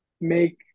make